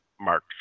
March